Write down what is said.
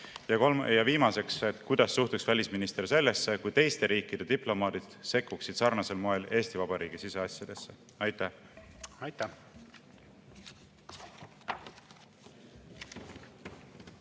Ja viimaseks, kuidas suhtuks välisminister sellesse, kui teiste riikide diplomaadid sekkuksid sarnasel moel Eesti Vabariigi siseasjadesse? Aitäh!